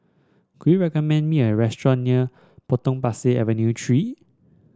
can you recommend me a restaurant near Potong Pasir Avenue Three